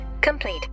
complete